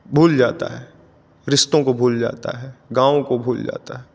भूल जाता है रिश्तों को भूल जाता है गावों को भूल जाता है